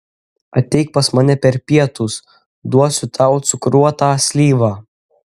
ateik pas mane per pietus duosiu tau cukruotą slyvą